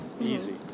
easy